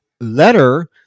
letter